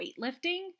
weightlifting